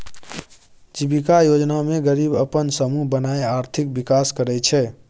जीबिका योजना मे गरीब अपन समुह बनाए आर्थिक विकास करय छै